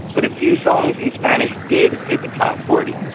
but a few songs in spanish did hit the top forty,